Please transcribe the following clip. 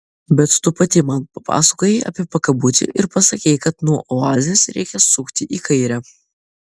bet tu pati man papasakojai apie pakabutį ir pasakei kad nuo oazės reikia sukti į kairę